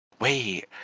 Wait